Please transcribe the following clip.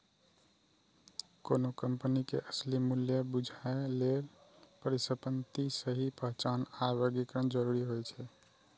कोनो कंपनी के असली मूल्य बूझय लेल परिसंपत्तिक सही पहचान आ वर्गीकरण जरूरी होइ छै